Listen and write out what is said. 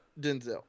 Denzel